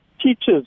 teachers